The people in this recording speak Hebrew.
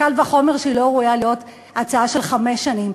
קל וחומר שהיא לא ראויה להיות הצעה של חמש שנים.